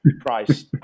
Price